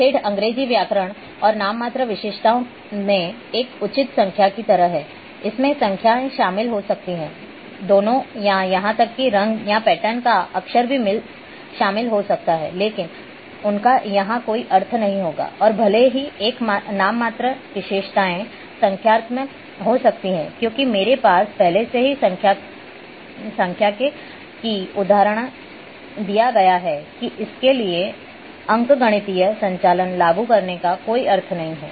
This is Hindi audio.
ठेठ अंग्रेजी व्याकरण और नाममात्र विशेषताओं में एक उचित संज्ञा की तरह है इसमें संख्याएं शामिल हो सकती हैं दोनों या यहां तक कि रंग या पैटर्न के अक्षर भी शामिल हो सकते हैं लेकिन उनका यहां कोई अर्थ नहीं होगा और भले ही एक नाममात्र विशेषता संख्यात्मक हो सकती है क्योंकि मेरे पास पहले से ही सांख्यिक है उदाहरण दिया गया है कि इसके लिए अंकगणितीय संचालन लागू करने का कोई अर्थ नहीं है